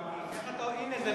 איך אתה אומר את זה,